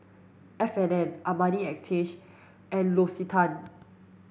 F and N Armani and L'Occitane